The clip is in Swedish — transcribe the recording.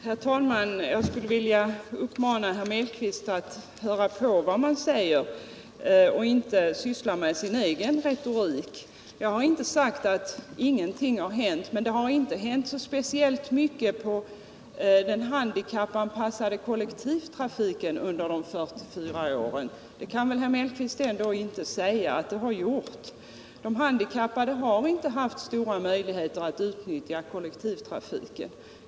Herr talman! Jag skulle vilja uppmana herr Mellqvist att höra på vad man säger och inte syssla med sin egen retorik. Jag har inte sagt att ingenting har hänt, men det har inte hänt så speciellt mycket inom den handikappanpassade kollektivtrafiken under de 44 åren. Det kan väl herr Mellqvist ändå inte säga att det har gjort? De handikappade har inte haft stora möjligheter att utnyttja kollektivtrafiken.